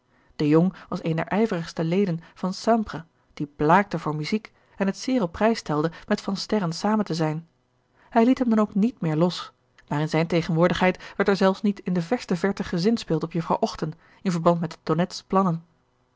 de jong was een der ijverigste leden van sempre die blaakte voor muziek en het zeer op prijs stelde met van sterren zamen te zijn hij liet hem dan ook niet meer los maar in zijne tegenwoordigheid werd er zelfs niet in de verste verte gezinspeeld op jufvrouw ochten in verband met de tonnette's plannen